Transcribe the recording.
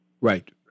right